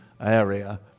area